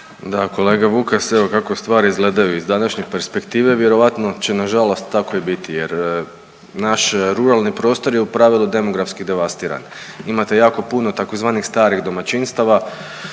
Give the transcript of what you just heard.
Da, kolega Vukas kako stvari izgledaju iz današnje perspektive vjerojatno će nažalost tako i biti, naš ruralni prostor u pravilu demografski devastiran. Imate jako puno tzv. starih domaćinstava,